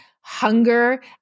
hunger